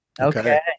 Okay